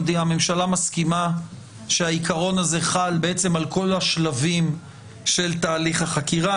הממשלה מסכימה שהעיקרון הזה חל על כל השלבים של תהליך החקירה,